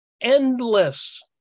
endless